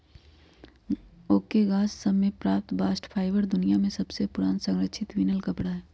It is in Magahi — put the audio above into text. ओक के गाछ सभ से प्राप्त बास्ट फाइबर दुनिया में सबसे पुरान संरक्षित बिनल कपड़ा हइ